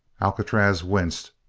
alcatraz winced,